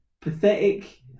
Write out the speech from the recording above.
pathetic